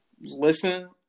listen